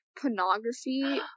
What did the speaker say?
pornography